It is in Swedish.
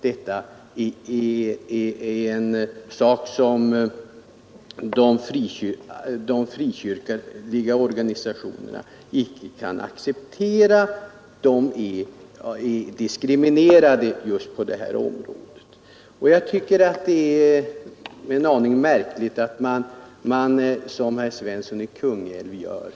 De frikyrkliga organisationerna har blivit diskriminerade, vilket vi naturligtvis inte kan acceptera. Men då tycker jag det är märkligt att göra som herr Svensson i Kungälv gjorde.